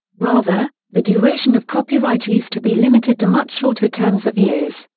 rather, the duration of copyright used to be limited to much shorter terms of years,